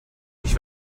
ich